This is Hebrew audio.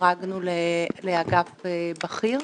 שודרגנו לאגף בכיר.